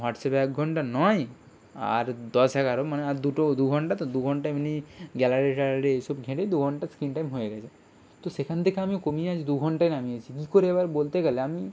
হোয়াটসঅ্যাপে এক ঘণ্টা নয় আর দশ এগারো মানে আর দুটো দু ঘণ্টা তো দু ঘণ্টা এমনি গ্যালারি ট্যালারি এসব ঘেঁটে দু ঘণ্টা স্ক্রীন টাইম হয়ে গেছে তো সেখান থেকে আমি কমিয়ে আজ দু ঘণ্টায় নামিয়েছি কী করে এবার বলতে গেলে আমি